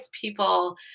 people